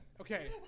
okay